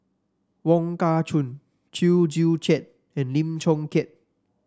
Wong Kah Chun Chew Joo Chiat and Lim Chong Keat